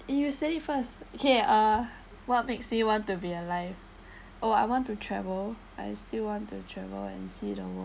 you say first okay uh what makes you want to be alive oh I want to travel I still want to travel and see the world